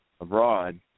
abroad